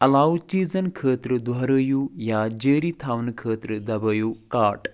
علاوٕ چیٖزَن خٲطرٕ دۄہرٲیِو یا جٲری تھاونہٕ خٲطرٕ دبٲیِو کارٹ